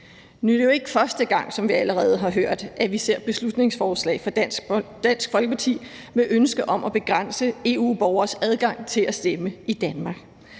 Nu er det jo ikke første gang, som vi allerede har hørt, at vi ser beslutningsforslag fra Dansk Folkeparti med ønske om at begrænse EU-borgeres adgang til at stemme i Danmark.